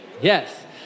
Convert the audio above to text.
Yes